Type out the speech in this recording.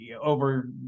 over